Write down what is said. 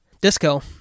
Disco